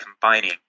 combining